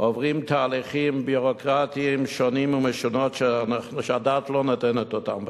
עוברים תהליכים ביורוקרטיים שונים ומשונים שהדעת לא נותנת אותם בכלל.